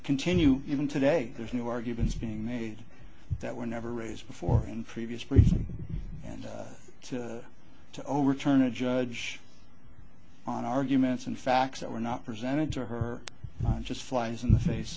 continue even today there's new arguments being made that were never raised before in previous weeks and to overturn a judge on arguments and facts that were not presented to her just flies in the face